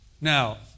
now